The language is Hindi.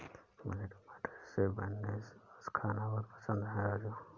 मुझे टमाटर से बने सॉस खाना बहुत पसंद है राजू